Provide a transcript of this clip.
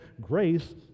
Grace